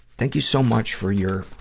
thank you so much for your,